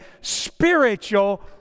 spiritual